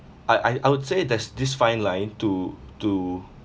I I I would say there's this fine line to to